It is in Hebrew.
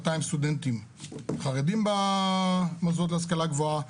סטודנטים חרדים במוסדות להשכלה הגבוהה.